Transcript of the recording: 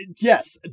Yes